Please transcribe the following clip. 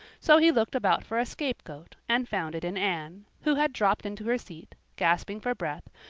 so he looked about for a scapegoat and found it in anne, who had dropped into her seat, gasping for breath,